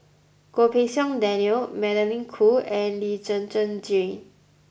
Goh Pei Siong Daniel Magdalene Khoo and Lee Zhen Zhen Jane